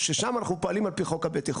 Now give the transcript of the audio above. ששם אנחנו פועלים על פי חוק הבטיחות.